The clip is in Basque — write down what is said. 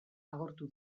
agortu